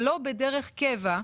שלא בדרך קבע,